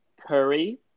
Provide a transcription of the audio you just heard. Curry